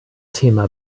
thema